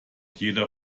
jeder